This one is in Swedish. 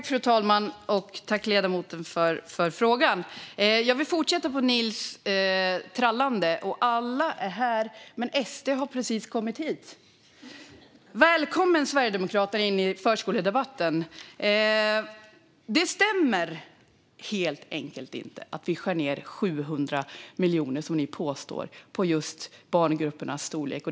Fru talman! Tack, ledamoten, för frågan! Jag vill fortsätta på Nils trallande: Och alla är här! Men SD har precis kommit hit. Välkomna, Sverigedemokraterna, in i förskoledebatten! Det stämmer helt enkelt inte som ni påstår att vi skär ned 700 miljoner på satsningen för att minska barngruppernas storlek.